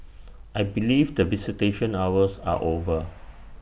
I believe that visitation hours are over